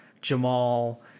Jamal